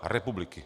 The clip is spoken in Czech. Republiky!